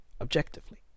objectively